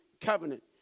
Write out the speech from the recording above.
covenant